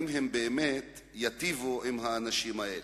באמת ייטיבו עם האנשים האלה.